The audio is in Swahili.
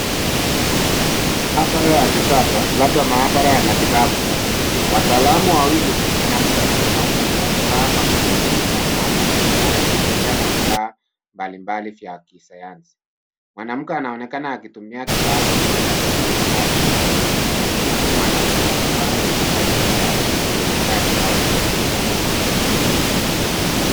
Maabara ya kisasa, labda maabara ya matibabu. Wataalamu wawili mwanamke na mwanamume wamevaa makoti meupe ya maabara na wanashughulikia na vifaa mbalimbali vya kisayansi. Mwanamke anaonekana akitumia kifaa kikubwa cha kupimia au kuchuja huku mwanamume akiwa ameshika chupa ya kemikali au kuikuza kwa makini.